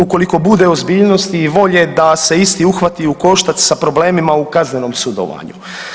Ukoliko bude ozbiljnosti i volje da se isti uhvati u koštac sa problemima u kaznenom sudovanju.